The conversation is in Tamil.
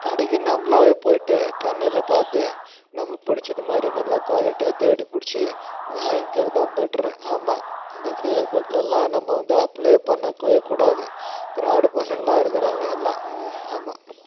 கடைக்கு நாமளாவே போயிட்டு கண்ணில் பார்த்து நமக்கு பிடிச்சது மாதிரி நல்லா குவாலிட்டியாக தேடி பிடிச்சி வாங்கிறது தான் பெட்ரு ஆமாம் இந்த ஃபேஸ்புக்லலாம் நம்ம வந்து அப்ளை பண்ணவே கூடாது ஃப்ராடு பசங்களாக இருக்கிறாங்க எல்லாம் ஆமாம்